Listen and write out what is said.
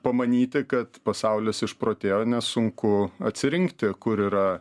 pamanyti kad pasaulis išprotėjo nes sunku atsirinkti kur yra